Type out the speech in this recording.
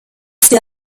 für